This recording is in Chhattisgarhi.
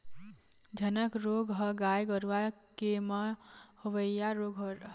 झनक रोग ह गाय गरुवा के म होवइया रोग हरय